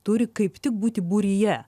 turi kaip tik būti būryje